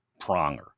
Pronger